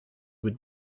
would